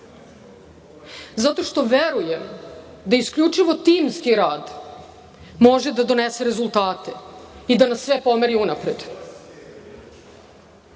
Zato što verujem da isključivo timski rad može da donese rezultate i da nas sve pomeri unapred. Želim